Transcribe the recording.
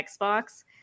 Xbox